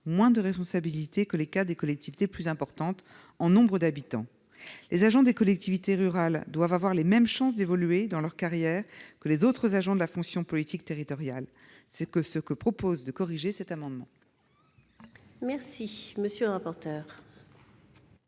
moins de responsabilités que les cadres des collectivités plus importantes en nombre d'habitants. Or les agents des collectivités rurales doivent avoir les mêmes chances d'évoluer dans leur carrière que les autres agents de la fonction publique territoriale. C'est ce que nous proposons d'assurer avec cet amendement. Quel est l'avis de